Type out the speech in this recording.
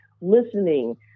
listening